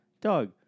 dog